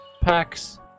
packs